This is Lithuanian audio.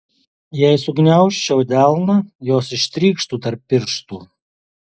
jei sugniaužčiau delną jos ištrykštų tarp pirštų